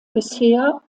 bisher